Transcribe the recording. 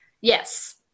Yes